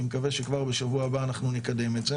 מקווה שכבר בשבוע הבא אנחנו נקדם את זה,